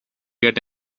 get